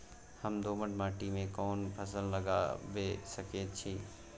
हम दोमट माटी में कोन फसल लगाबै सकेत छी?